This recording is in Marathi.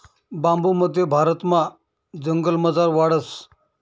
बांबू मध्य भारतमा जंगलमझार वाढस